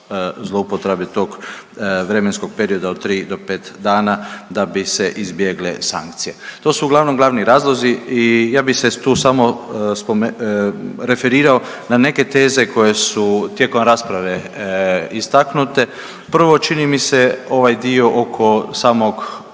zloupotrebe tog vremenskog perioda od tri do pet dana da bi se izbjegle sankcije. To su uglavnom glavni razlozi i ja bih se tu samo referirao na neke teze koje su tijekom rasprave istaknute. Prvo čini mi se ovaj dio oko same